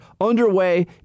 underway